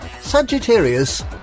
Sagittarius